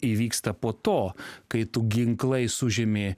įvyksta po to kai tu ginklais užėmi